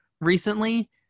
recently